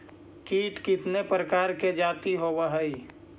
कीट कीतने प्रकार के जाती होबहय?